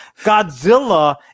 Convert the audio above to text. Godzilla